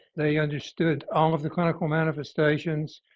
they understood all of the clinical manifestations.